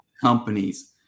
companies